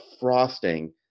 frosting